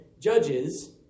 judges